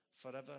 Forever